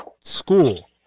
school